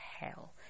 hell